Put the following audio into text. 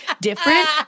different